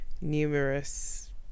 numerous